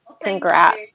Congrats